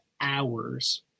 hours